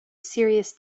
serious